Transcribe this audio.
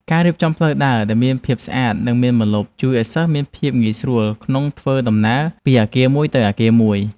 ការរៀបចំផ្លូវដើរដែលមានភាពស្អាតនិងមានម្លប់ ជួយឱ្យសិស្សមានភាពងាយស្រួលក្នុងធ្វើដំណើរពីអគារមួយទៅអគារមួយ។